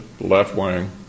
left-wing